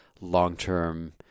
long-term